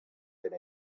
that